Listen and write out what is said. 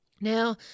Now